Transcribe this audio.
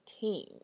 team